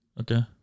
Okay